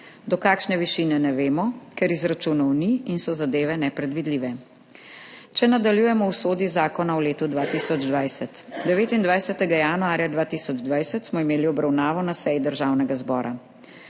Do kakšne višine, ne vemo, ker izračunov ni in so zadeve nepredvidljive. Če nadaljujemo o usodi zakona v letu 2020. 29. januarja 2020 smo imeli obravnavo na seji Državnega zbora.